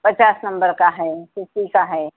پچاس نمبر کا ہے کا ہے